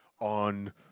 on